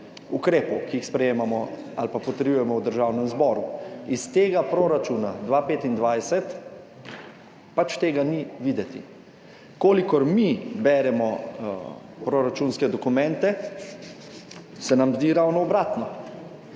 ukrepov, ki jih sprejemamo ali potrjujemo v Državnem zboru. Iz tega proračuna 2025 pač tega ni videti. Kolikor mi beremo proračunske dokumente, se nam zdi ravno obratno